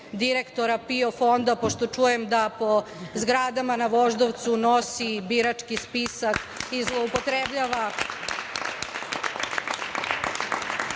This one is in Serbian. direktora PIO fonda, pošto čujem da po zgradama na Voždovcu nosi birački spisak i zloupotrebljava,